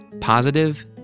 positive